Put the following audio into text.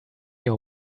your